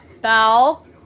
Belle